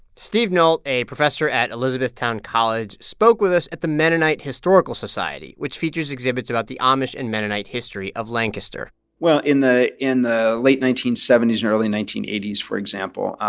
steve nolt, a professor at elizabethtown college, spoke with us at the mennonite historical society, which features exhibits about the amish and mennonite history of lancaster well, in the in the late nineteen seventy s and early nineteen eighty s, for example,